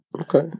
Okay